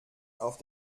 auf